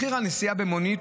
מחיר הנסיעה במונית,